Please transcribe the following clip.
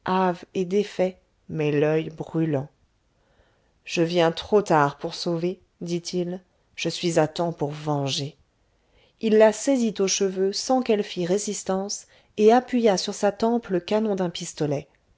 et défait mais l'oeil brûlant je viens trop tard pour sauver dit-il je suis à temps pour venger il la saisit aux cheveux sans qu'elle fit résistance et appuya sur sa tempe le canon d'un pistolet